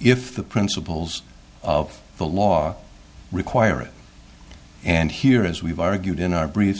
if the principles of the law require it and here as we've argued in our br